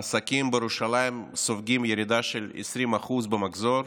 העסקים בירושלים סופגים ירידה של 20% במחזור,